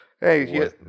Hey